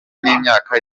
n’imyaka